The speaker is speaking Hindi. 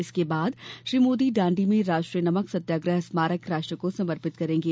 इसके बाद श्री मोदी दांडी में राष्ट्रीय नमक सत्याग्रह स्मारक राष्ट्र को समर्पित करेंगे